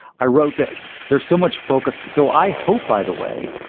i wrote this. there's so much focus. so i hope, by the way,